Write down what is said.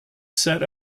set